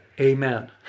Amen